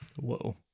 Whoa